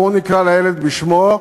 בואו נקרא לילד בשמו,